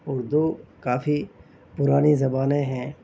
اردو کافی پرانی زبانیں ہیں